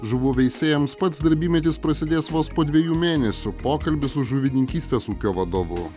žuvų veisėjams pats darbymetis prasidės vos po dviejų mėnesių pokalbis su žuvininkystės ūkio vadovu